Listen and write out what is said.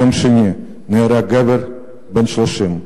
ביום שני נהרג גבר בן 30,